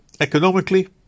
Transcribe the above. Economically